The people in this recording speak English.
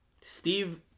Steve